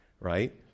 Right